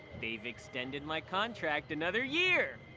they've extended my contract another year!